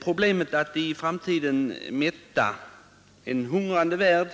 Problemet att i framtiden mätta en hungrande värld